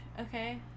okay